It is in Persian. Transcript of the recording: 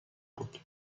بود